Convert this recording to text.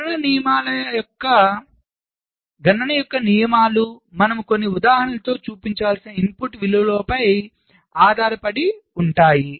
గణన యొక్క నియమాలు మనము కొన్ని ఉదాహరణలతో చూపించాల్సిన ఇన్పుట్ విలువలపై ఆధారపడి ఉంటాయి